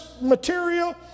material